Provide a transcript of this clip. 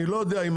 אני לא יודע,